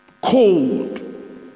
cold